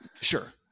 Sure